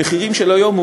במחירים של היום,